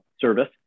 service